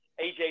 AJ